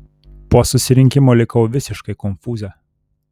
po susirinkimo likau visiškai konfūze